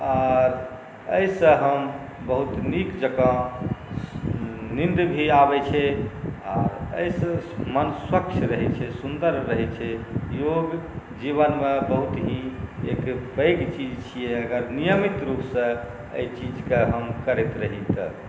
आओर एहिसँ हम बहुत नीक जकाँ नीन्द भी आबै छै आओर एहिसँ मोन स्वच्छ रहै छै सुन्दर रहै छै योग जीवनमे बहुत ही एक पैघ चीज छिए अगर नियमित रूपसँ एहि चीजके हम करैत रही तऽ